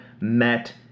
met